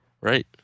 Right